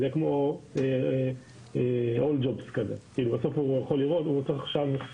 כמו AllJobs, כי בסוף הוא יכול לראות את העובדים.